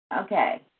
Okay